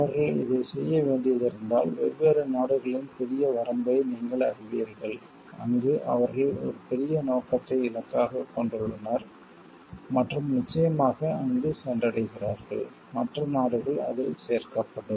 அவர்கள் இதைச் செய்ய வேண்டியிருந்தால் வெவ்வேறு நாடுகளின் பெரிய வரம்பை நீங்கள் அறிவீர்கள் அங்கு அவர்கள் ஒரு பெரிய நோக்கத்தை இலக்காகக் கொண்டுள்ளனர் மற்றும் நிச்சயமாக அங்கு சென்றடைகிறார்கள் மற்ற நாடுகள் அதில் சேர்க்கப்படும்